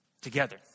together